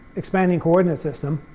expanding coordinate system,